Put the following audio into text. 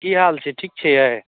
की हाल छै ठीक छियै